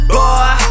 Boy